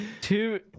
two